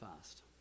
fast